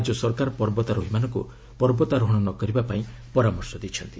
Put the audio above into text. ରାଜ୍ୟ ସରକାର ପର୍ବତାରୋହୀମାନଙ୍କୁ ପର୍ବତାରୋହଣ ନ କରିବାପାଇଁ ପରାମର୍ଶ ଦେଇଛନ୍ତି